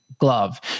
glove